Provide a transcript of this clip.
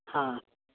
हा